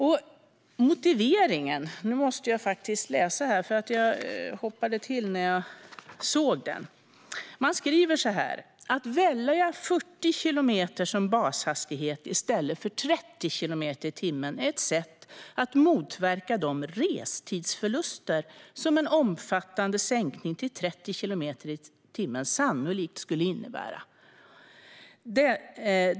Av motiveringen framgår följande, och jag hoppade till när jag såg den: Att välja 40 kilometer som bashastighet, i stället för 30 kilometer i timmen, är ett sätt att motverka de restidsförluster som en omfattande sänkning till 30 kilometer i timmen sannolikt skulle innebära.